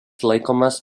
laikomas